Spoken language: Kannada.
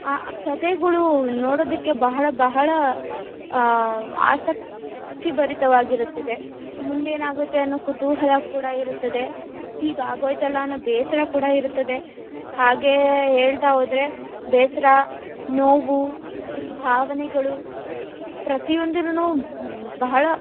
ಆ ಕಥೆಗಳು ನೋಡೋದಕ್ಕೆ ಬಹಳ ಬಹಳ ಆಸಕ್ತಿ ಭರಿತವಾಗಿರುತ್ತದೆ ಮುಂದೇನಾಗುತ್ತೆ ಅನ್ನೋ ಕುತೂಹಲ ಕೂಡ ಇರುತ್ತದೆ ಹೀಗೆ ಆಗೋಯಿತಲ್ಲ ಅನ್ನೋ ಬೇಸರ ಕೂಡ ಇರುತ್ತದೆ ಹಾಗೇ ಹೇಳ್ತಾ ಹೋದರೆ ಬೇಸರ ನೋವು ಭಾವನೆಗಳು ಪ್ರತಿಯೊಂದು ಬಹಳ